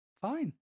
fine